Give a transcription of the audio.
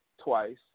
twice